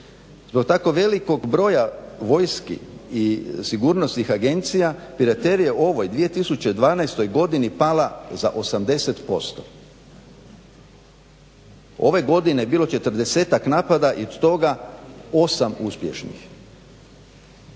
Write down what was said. Zbog tako velikog broja vojski i sigurnosnih agencija piraterja je u ovoj 2012.godini pala za 80%. Ove godine je bilo četrdesetak napada i od toga 8 uspješnih.